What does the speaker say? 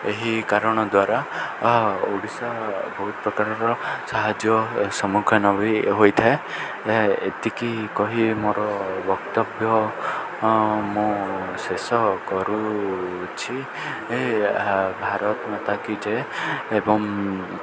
ଏହି କାରଣ ଦ୍ୱାରା ଓଡ଼ିଶା ବହୁତ ପ୍ରକାରର ସାହାଯ୍ୟ ସମ୍ମୁଖୀନ ବି ହୋଇଥାଏ ଏତିକି କହି ମୋର ବକ୍ତବ୍ୟ ମୁଁ ଶେଷ କରୁଛି ଭାରତ ମାତାକି କି ଜୟ ଏବଂ